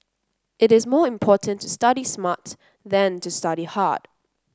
it is more important to study smart than to study hard